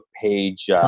page